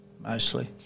mostly